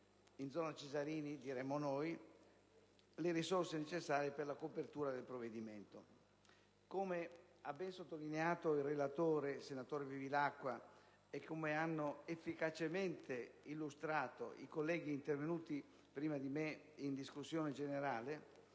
in «zona Cesarini» - diremmo noi - le risorse necessarie per la copertura del provvedimento. Come ha ben sottolineato il relatore, senatore Bevilacqua, e come hanno efficacemente illustrato i colleghi intervenuti prima di me in discussione generale,